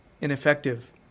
ineffective